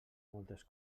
moltes